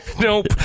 Nope